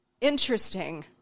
Interesting